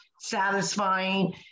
satisfying